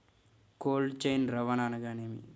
Cold chain రవాణా అనగా నేమి?